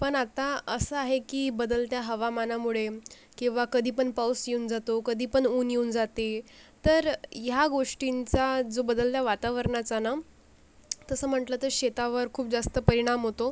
पण आता असं आहे की बदलत्या हवामानामुळे केव्हा कधीपण पाऊस येऊन जातो कधीपण ऊन येऊन जाते तर ह्या गोष्टींचा जो बदलत्या वातावरणाचा ना तसं म्हटलं तर शेतावर खूप जास्त परिणाम होतो